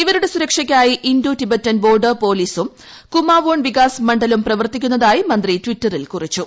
ഇവരുടെ സുരക്ഷയ്ക്കായി Indo Tibetan border പോലീസും കുമാവോൺ വികാസ് മണ്ഡലും പ്രവർത്തിക്കുന്നതായി മന്ത്രി ടിറ്ററിൽ കുറിച്ചു